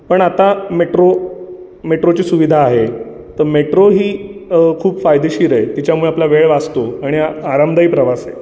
पण आता मेट्रो मेट्रोची सुविधा आहे तर मेट्रो ही खूप फायदेशी आहे तिच्यामुळे आपला वेळ वाचतो आणि आरामदायी प्रवास आहे